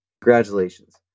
congratulations